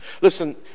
listen